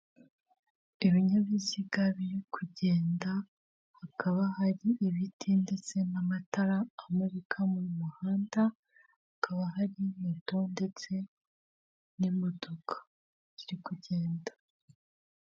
Ibinyabiziga biri kugenda hakaba hari ibiti ndetse n'amatara amurika mu muhanda hakaba hari inkweto ndetse n'imodoka ziri kugenda.